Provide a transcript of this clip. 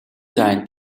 dine